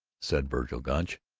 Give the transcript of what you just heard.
said vergil gunch.